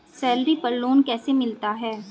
Salary पर loan कैसे मिलता है?